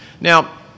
Now